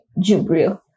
Jubril